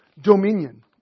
dominion